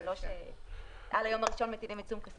וזה לא שעל היום הראשון מטילים עיצום כספי.